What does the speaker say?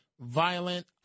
violent